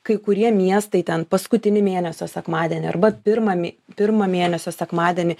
kai kurie miestai ten paskutinį mėnesio sekmadienį arba pirmą mė pirmą mėnesio sekmadienį